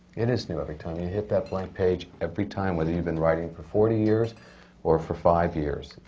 it is new every time. you hit that blank page every time, whether you've been writing for forty years or for five years.